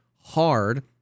hard